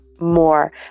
more